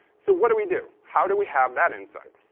so what do we do? how do we have that insight?